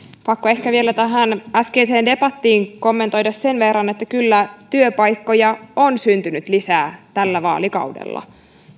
pakko ehkä vielä tähän äskeiseen debattiin kommentoida sen verran että kyllä työpaikkoja on syntynyt lisää tällä vaalikaudella